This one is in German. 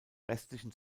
restlichen